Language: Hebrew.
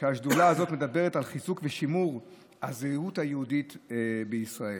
השדולה הזאת מדברת על חיזוק ושימור הזהות היהודית בישראל,